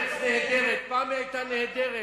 "ארץ נהדרת" פעם היא היתה נהדרת,